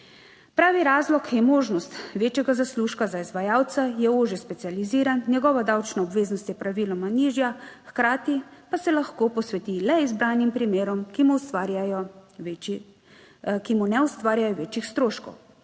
Pravi razlog je možnost večjega zaslužka za izvajalca, je ožje specializiran, njegova davčna obveznost je praviloma nižja, hkrati pa se lahko posveti le izbranim primerom, ki mu ustvarjajo, ki